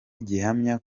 gihamya